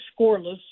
scoreless